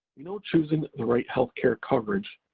know choosing the right health care coverage